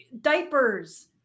diapers